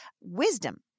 wisdom